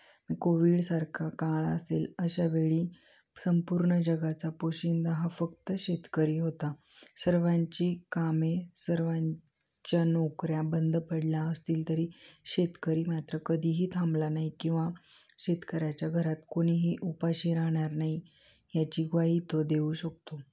कोविडसारखा काळ असेल अशावेळी संपूर्ण जगाचा पोशिंदा हा फक्त शेतकरी होता सर्वांची कामे सर्वांच्या नोकऱ्या बंद पडल्या असतील तरी शेतकरी मात्र कधीही थांबला नाही किंवा शेतकऱ्याच्या घरात कोणीही उपाशी राहणार नाही याची ग्वाही तो देऊ शकतो